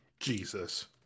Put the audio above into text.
Jesus